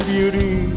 beauty